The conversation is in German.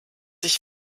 ich